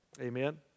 Amen